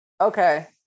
Okay